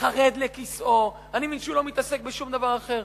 חרד לכיסאו, אני מבין שהוא לא מתעסק בשום דבר אחר.